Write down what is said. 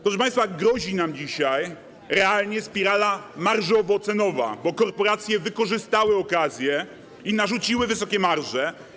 Proszę państwa, grozi nam dzisiaj realnie spirala marżowo-cenowa, bo korporacje wykorzystały okazję i narzuciły wysokie marże.